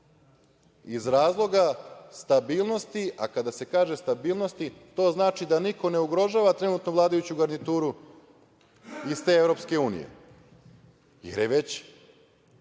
iz razloga stabilnosti, a kada se kaže stabilnosti to znači da niko ne ugrožava trenutnu vladajuću garnituru iz te EU, jer je već